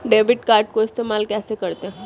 Debit card को इस्तेमाल कैसे करते हैं?